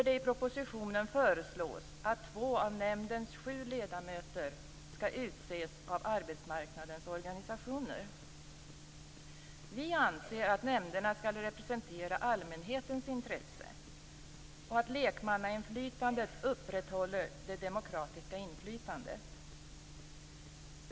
I propositionen föreslås att två av nämndens sju ledamöter skall utses av arbetsmarknadens organisationer. Vi anser att nämnderna skall tillvarata allmänhetens intresse och att lekamannainflytandet upprätthåller det demokratiska inflytandet.